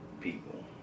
people